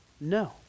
No